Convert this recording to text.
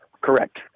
Correct